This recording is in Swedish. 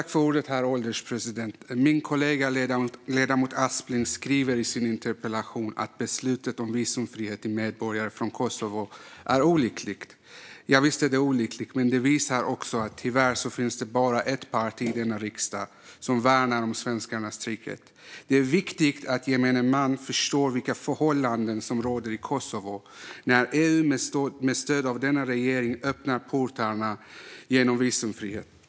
Herr ålderspresident! Min kollega ledamoten Aspling skriver i sin interpellation att beslutet om visumfrihet för medborgare från Kosovo är olyckligt. Visst är det olyckligt, men det visar också att det tyvärr bara finns ett parti i denna riksdag som värnar om svenskarnas trygghet. Det är viktigt att gemene man förstår vilka förhållanden som råder i Kosovo när EU med stöd av denna regering öppnar portarna genom visumfrihet.